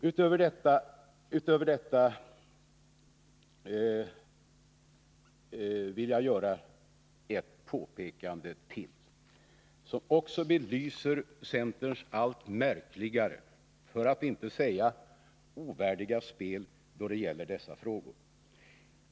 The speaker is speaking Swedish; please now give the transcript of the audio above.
Utöver detta skall jag göra ett påpekande, som också belyser centerns allt märkligare för att inte säga ovärdiga spel i dessa frågor.